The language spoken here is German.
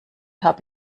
habe